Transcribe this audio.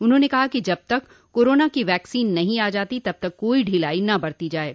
उन्होंने कहा कि जब तक कोरोना की वैक्सीन नहीं आ जाती तब तक कोई ढिलाई न बरती जाये